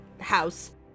house